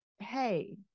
hey